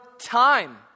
time